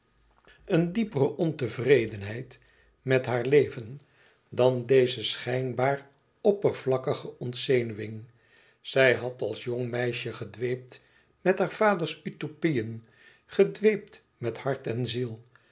een diepere ontevredenheid met haar leven dan deze schijnbaar oppervlakkige ontzenuwing zij had als jong meisje gedweept met haar vaders utopieën gedweept met hart en ziel